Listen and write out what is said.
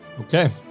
Okay